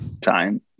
time